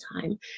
time